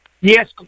Yes